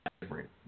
different